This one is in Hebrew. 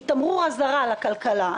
היא תמרור אזהרה לכלכלה,